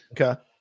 Okay